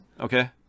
Okay